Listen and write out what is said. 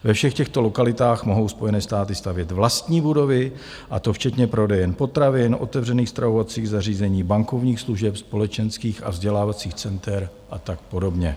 Ve všech těchto lokalitách mohou Spojené státy stavět vlastní budovy, a to včetně prodejen potravin, otevřených stravovacích zařízení, bankovních služeb, společenských a vzdělávacích center a tak podobně.